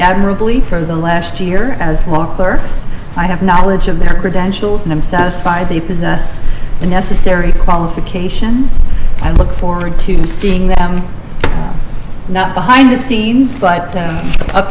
admirably for the last year as want clerks i have knowledge of their credentials and i'm satisfied they possess the necessary qualifications i look forward to seeing that i'm not behind the scenes but u